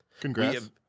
Congrats